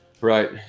Right